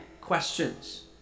questions